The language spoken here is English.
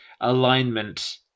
alignment